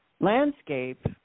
landscape